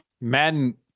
Madden